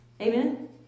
Amen